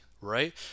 right